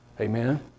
Amen